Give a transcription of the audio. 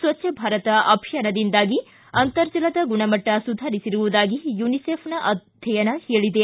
ಸ್ವಚ್ದ ಭಾರತ ಅಭಿಯಾನದಿಂದಾಗಿ ಅಂತರ್ಜಲದ ಗುಣಮಟ್ಟ ಸುಧಾರಿಸಿರುವುದಾಗಿ ಯುನಿಸೆಫ್ನ ಅಧ್ಯಯನ ಹೇಳಿದೆ